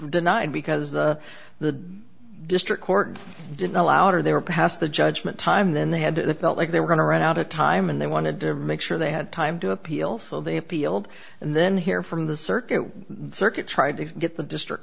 denied because the the district court didn't allowed or they were past the judgment time then they had they felt like they were going to run out of time and they wanted to make sure they had time to appeal so they appealed and then hear from the circuit circuit tried to get the district